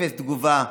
אפס תגובה,